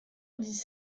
dix